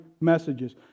messages